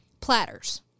platters